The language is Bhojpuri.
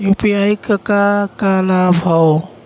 यू.पी.आई क का का लाभ हव?